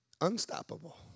unstoppable